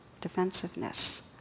defensiveness